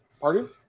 Pardon